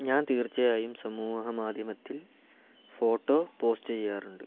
ഞാൻ തീർച്ചയായും സമൂഹ മാധ്യമത്തിൽ ഫോട്ടോ പോസ്റ്റ് ചെയ്യാറുണ്ട്